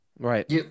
Right